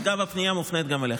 אגב, הפנייה מופנית גם אליך.